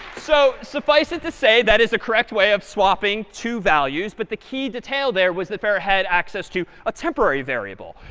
so suffice it to say, that is the correct way of swapping two values. but the key detail there was that farrah had access to a temporary variable.